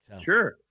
Sure